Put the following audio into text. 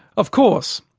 of course,